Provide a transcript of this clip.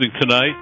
tonight